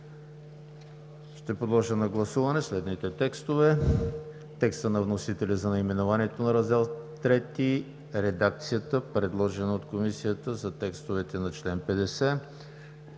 Ще подложа на гласуване следните текстове: текста на вносителя за наименованието на Раздел III; редакцията, предложена от Комисията, за текстовете на членове